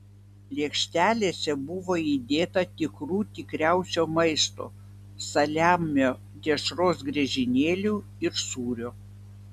lėkštelėse buvo įdėta tikrų tikriausio maisto saliamio dešros griežinėlių ir sūrio